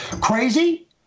Crazy